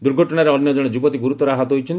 ଦୁର୍ଘଟଶାରେ ଅନ୍ୟ ଜଣେ ଯୁବତୀ ଗୁରୁତର ଆହତ ହୋଇଛନ୍ତି